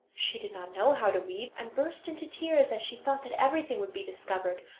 she did not know how to weave, and burst into tears as she thought that everything would be discovered,